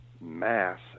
mass